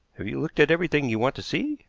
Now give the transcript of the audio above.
have you looked at everything you want to see?